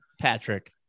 Patrick